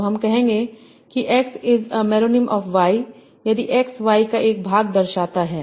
तो हम कहेंगे कि X is a meronym of Y यदि X Y का एक भाग दर्शाता है